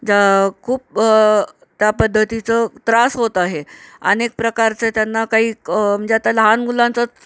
ज्या खूप त्या पद्धतीचं त्रास होत आहे अनेक प्रकारचे त्यांना काही म्हणजे आता लहान मुलांचंच